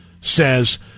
says